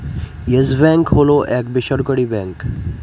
yes bank হল এক বেসরকারি ব্যাঙ্ক